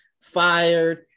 fired